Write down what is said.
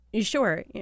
Sure